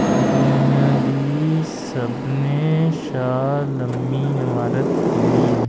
दूनियां दी सभनें शा ल'म्मी इमारत केह्ड़ी ऐ